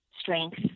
strength